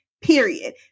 period